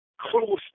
close